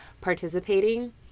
participating